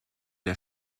der